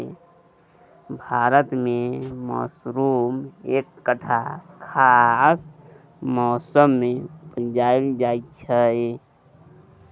भारत मे मसरुम एकटा खास मौसमे मे उपजाएल जाइ छै